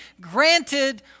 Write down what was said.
granted